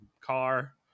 car